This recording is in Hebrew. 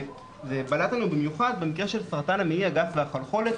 זה בלט לנו במיוחד במקרה של סרטן המעי הגס והחלחולת,